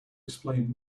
explain